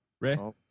Ray